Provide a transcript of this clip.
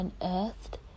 unearthed